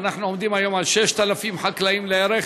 אנחנו עומדים היום על 6,000 חקלאים בערך.